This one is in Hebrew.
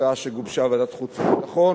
הצעה שגובשה בוועדת חוץ וביטחון,